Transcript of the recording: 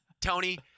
Tony